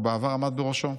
ובעבר עמד בראשו.